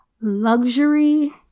luxury